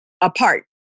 apart